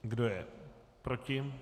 Kdo je proti?